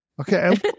Okay